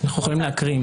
אנחנו יכולים להקריא.